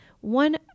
One